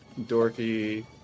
Dorky